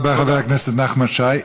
תודה רבה, חבר הכנסת נחמן שי.